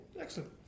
excellent